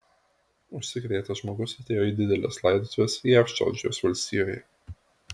užsikrėtęs žmogus atėjo į dideles laidotuves jav džordžijos valstijoje